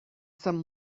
some